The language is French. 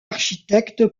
architecte